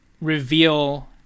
reveal